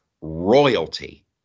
royalty